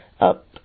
up